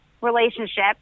relationship